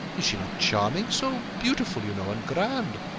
is she not charming? so beautiful you know, and grand.